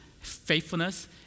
faithfulness